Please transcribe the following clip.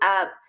up